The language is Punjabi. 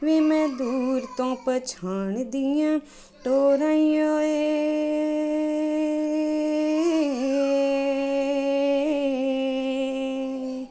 ਵੇ ਮੈਂ ਦੂਰ ਤੋਂ ਪਛਾਣ ਦੀ ਆਂ ਡੋਰਾਂ ਈ ਓਏ